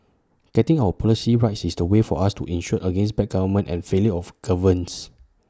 getting our politics right is the way for us to insure against bad government and failure of governance